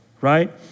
right